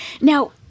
Now